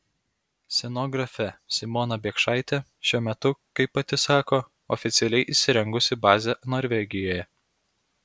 scenografė simona biekšaitė šiuo metu kaip pati sako oficialiai įsirengusi bazę norvegijoje